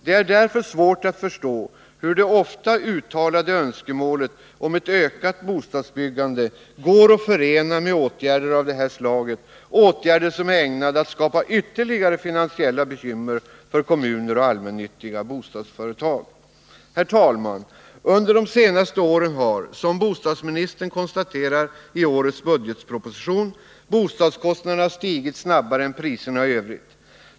Det är därför svårt att förstå hur det ofta uttalade önskemålet om ett ökat bostadsbyggande går att förena med åtgärder av detta slag — åtgärder som är ägnade att skapa ytterligare finansiella bekymmer för kommuner och allmännyttiga bostadsföretag. Herr talman! Under de senaste åren har - som bostadsministern konstaterar i årets budgetproposition — bostadskostnaderna stigit snabbare än priserna i övrigt.